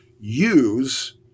use